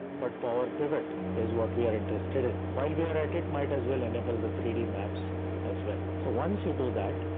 but powerpivot is what we're interested in while we're at it. might as well enable the three d maps as well, so once you do that,